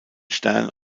stern